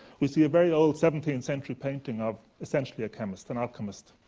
we see a very old seventeenth century painting of essentially a chemist, an alchemist.